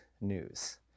news